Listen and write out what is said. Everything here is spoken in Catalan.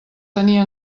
tenia